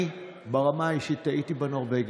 אני, ברמה האישית, טעיתי בנורבגי.